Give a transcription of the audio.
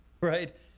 Right